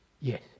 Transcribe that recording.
Yes